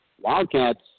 Wildcats